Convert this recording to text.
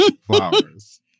flowers